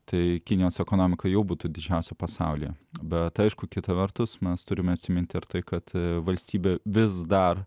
tai kinijos ekonomika jau būtų didžiausia pasaulyje bet aišku kita vertus mes turime atsiminti ir tai kad valstybė vis dar